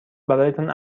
برایتان